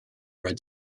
red